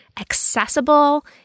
accessible